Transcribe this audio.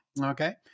Okay